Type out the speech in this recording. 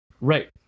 Right